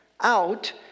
out